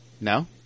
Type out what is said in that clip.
No